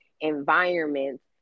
environments